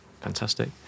fantastic